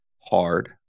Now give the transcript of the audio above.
hard